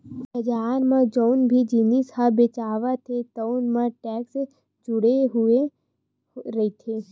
बजार म जउन भी जिनिस ह बेचावत हे तउन म टेक्स जुड़े हुए रहिथे